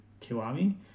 Kiwami